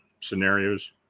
scenarios